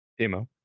Timo